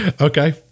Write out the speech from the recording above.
okay